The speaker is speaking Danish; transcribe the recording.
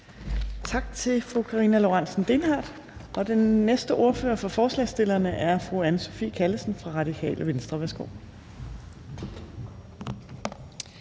Tak til fru Karina Lorentzen Dehnhardt. Den næste ordfører for forslagsstillerne er fru Anne Sophie Callesen, Radikale Venstre. Værsgo.